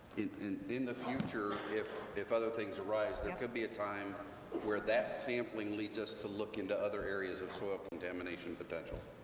and in the future, if if other things arise, there could be a time where that sampling leads us to look into other areas of soil contamination potential.